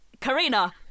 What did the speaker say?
Karina